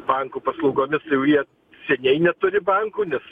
bankų paslaugomis jau jie seniai neturi bankų nes